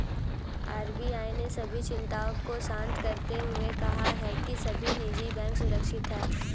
RBI ने सभी चिंताओं को शांत करते हुए कहा है कि सभी निजी बैंक सुरक्षित हैं